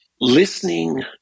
listening